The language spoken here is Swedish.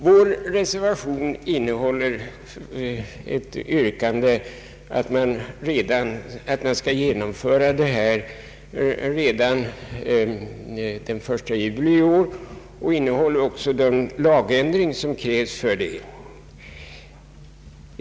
Vår reservation innehåller ett yrkande att förslaget skall genomföras redan den 1 juli i år och den innehåller ockse den lagändring som krävs för detta.